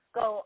go